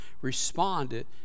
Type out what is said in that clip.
responded